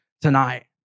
tonight